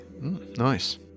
Nice